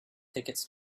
tickets